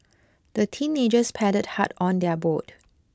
the teenagers paddled hard on their boat